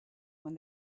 when